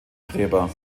gräber